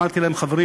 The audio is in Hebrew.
אמרתי להם: חברים,